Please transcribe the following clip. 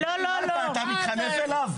מה, אתה מתחנף אליו?